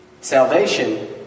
Salvation